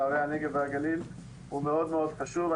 לערי הנגב והגליל הוא מאוד מאוד חשוב.